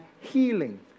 healing